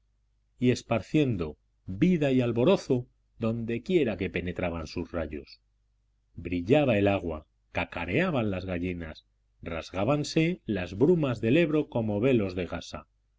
y esparciendo vida y alborozo dondequiera que penetraban sus rayos brillaba el agua cacareaban las gallinas rasgábanse las brumas del ebro como velos de gasa